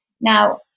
now